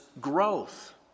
growth